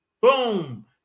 boom